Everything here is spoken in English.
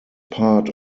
part